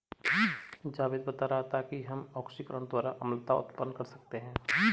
जावेद बता रहा था कि हम ऑक्सीकरण द्वारा अम्लता उत्पन्न कर सकते हैं